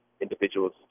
individuals